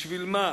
בשביל מה?